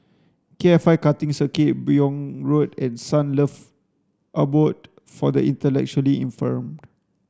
K F I Karting Circuit Buyong Road and Sunlove Abode for the Intellectually Infirmed